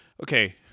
Okay